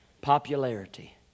popularity